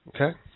Okay